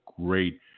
great